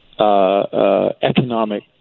Economic